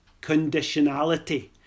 conditionality